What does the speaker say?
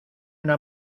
una